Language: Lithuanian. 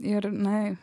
ir na